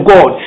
God